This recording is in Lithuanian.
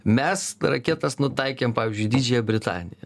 mes raketas nutaikėm pavyzdžiui į didžiąją britaniją